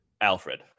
alfred